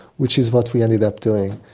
which is what we ended up doing.